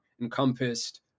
encompassed